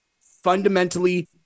fundamentally